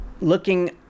looking